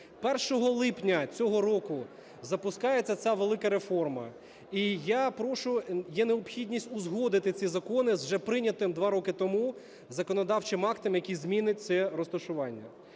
1 липня цього року запускається ця велика реформа і я прошу, є необхідність узгодити ці закони з вже прийнятим 2 роки тому законодавчим актом, який змінить це розташування.